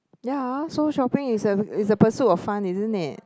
ya so shopping is a is a pursuit of fun isn't it